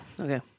okay